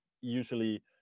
usually